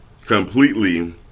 completely